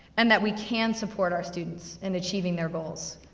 and that we can support our students in achieving their goals.